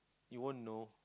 you won't know